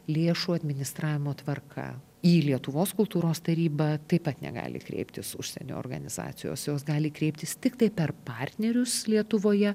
lėšų administravimo tvarka į lietuvos kultūros tarybą taip pat negali kreiptis užsienio organizacijos jos gali kreiptis tiktai per partnerius lietuvoje